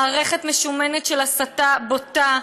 מערכת משומנת של הסתה בוטה,